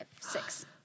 six